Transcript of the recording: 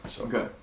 Okay